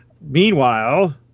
meanwhile